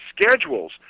schedules